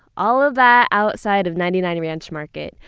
all of that outside of ninety nine ranch market,